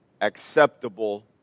acceptable